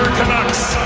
canucks,